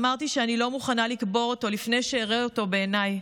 אמרתי שאני לא מוכנה לקבור אותו לפני שאראה אותו בעיניי.